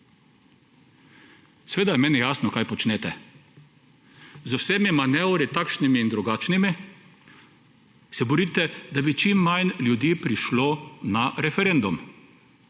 Seveda je meni jasno, kaj počnete. Z vsemi manevri, takšnimi in drugačnimi, se borite, da bi čim manj ljudi prišlo na referendum.